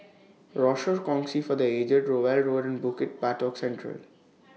Rochor Kongsi For The Aged Rowell Road and Bukit Batok Central